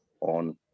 on